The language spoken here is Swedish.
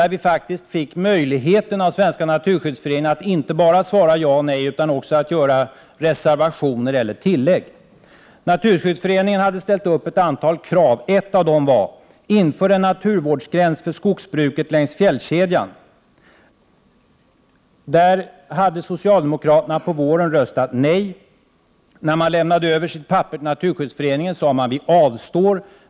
Vi fick faktiskt möjligheten av Svenska naturskyddsföreningen att inte bara svara ja och nej, utan att också göra reservationer eller tillägg. Naturskyddsföreningen hade ställt upp ett antal krav. Ett av dem var: Inför en naturvårdsgräns för skogsbruket längs fjällkedjan! På den punkten hade socialdemokraterna på våren röstat nej. När man lämnade över sitt papper till Naturskyddsföreningen sade man att man avstod.